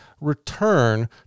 return